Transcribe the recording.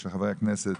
של חברי הכנסת